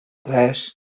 tres